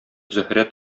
зөһрә